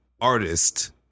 artist